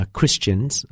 Christians